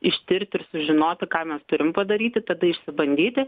ištirti ir sužinoti ką mes turim padaryti tada išsibandyti